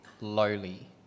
lowly